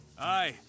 aye